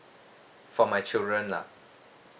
for my children lah